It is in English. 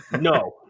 No